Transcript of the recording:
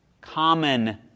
common